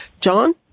John